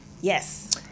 Yes